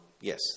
yes